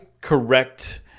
correct